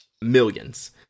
millions